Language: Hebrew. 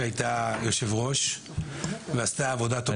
שהייתה יושב-ראש ועשתה עבודה טובה,